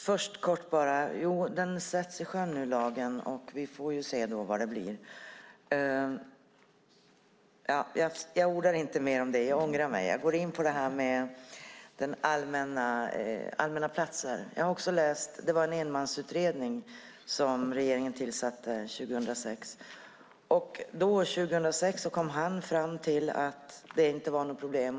Fru talman! Jo, lagen sätts i sjön nu. Vi får väl se vad det blir. Jag ordar inte mer om det nu utan går i stället in på detta med allmänna platser. Regeringen tillsatte en enmansutredning 2006. Utredaren kom fram till att det inte var något dilemma.